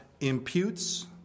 imputes